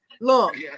Look